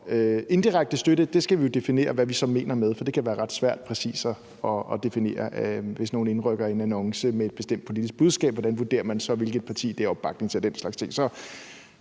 Indirekte støtte skal vi jo definere hvad vi så mener med, for det kan være ret svært præcist at definere. Hvis nogle indrykker en annonce med et bestemt politisk budskab, hvordan vurderer man så, hvilket parti det er opbakning til? Den slags ting